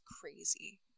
crazy